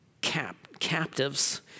captives